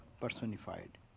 personified